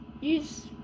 use